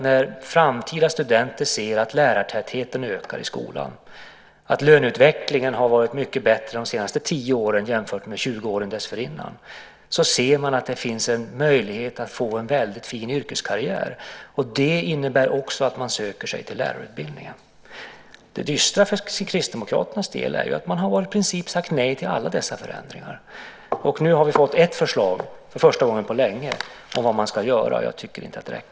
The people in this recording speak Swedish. När framtida studenter ser att lärartätheten ökar i skolan och att löneutvecklingen har varit mycket bättre de senaste tio åren jämfört med de 20 åren dessförinnan ser de att det finns en möjlighet att få en väldigt fin yrkeskarriär. Det innebär också att man söker sig till lärarutbildningen. Det dystra för Kristdemokraternas del är ju att de i princip har sagt nej till alla dessa förändringar. Nu har vi fått ett förslag, för första gången på länge, på vad man ska göra. Jag tycker inte att det räcker.